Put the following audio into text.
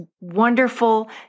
wonderful